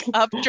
up